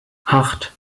acht